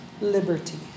liberty